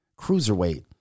cruiserweight